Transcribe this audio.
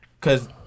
cause